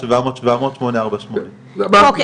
1700700848. רגע,